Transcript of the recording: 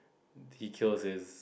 he kills his